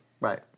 Right